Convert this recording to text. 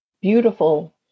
beautiful